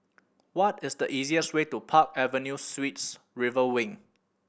what is the easiest way to Park Avenue Suites River Wing